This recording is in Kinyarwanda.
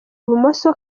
bumoso